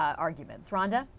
arguments. rhonda.